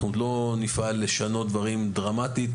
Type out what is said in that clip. אנחנו עוד לא נפעל לשנות דברים דרמטית,